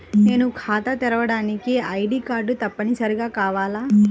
నేను ఖాతా తెరవడానికి ఐ.డీ కార్డు తప్పనిసారిగా కావాలా?